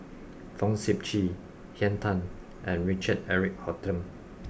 Fong Sip Chee Henn Tan and Richard Eric Holttum